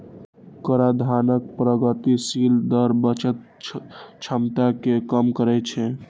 कराधानक प्रगतिशील दर बचत क्षमता कें कम करै छै